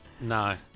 no